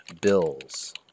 bills